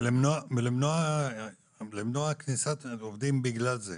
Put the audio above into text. ולמנוע כניסת עובדים בגלל זה,